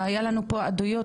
היה לנו פה עדויות,